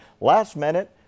last-minute